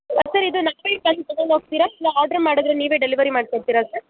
sir ಇದು ಬಂದು ತಗೊಂಡು ಹೋಗ್ತೀರಾ ಇಲ್ಲ ಆರ್ಡ್ರ್ ಮಾಡಿದ್ರೆ ನೀವೇ ಡೆಲ್ವರಿ ಮಾಡ್ಕೊಡ್ತೀರಾ ಸರ್